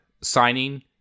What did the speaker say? signing